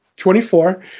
24